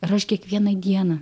ir aš kiekvieną dieną